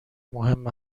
مهم